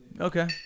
Okay